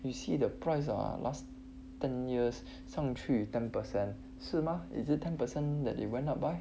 you see the price ah last ten years 上去 ten percent 是 mah is it ten percent that it went up by